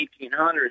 1800s